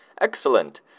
Excellent